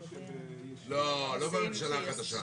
לא, לא בממשלה החדשה.